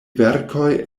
verkoj